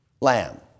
lamb